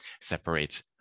separate